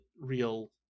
real